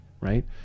right